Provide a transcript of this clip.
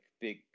big